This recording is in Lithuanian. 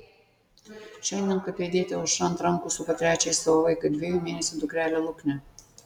šiandien klaipėdietė aušra ant rankų supa trečiąjį savo vaiką dviejų mėnesių dukrelę luknę